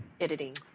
editing